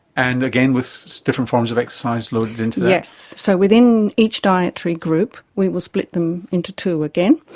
and again with different forms of exercise loaded into that? yes, so within each dietary group we will split them into two again,